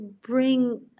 bring